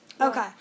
Okay